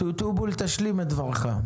טובול, תשלים את דבריך.